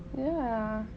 ya